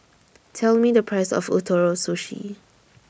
Tell Me The Price of Ootoro Sushi